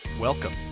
Welcome